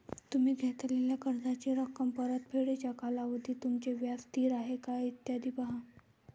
तुम्ही घेतलेल्या कर्जाची रक्कम, परतफेडीचा कालावधी, तुमचे व्याज स्थिर आहे का, इत्यादी पहा